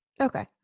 okay